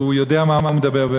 הוא יודע מה הוא מדבר,